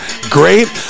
great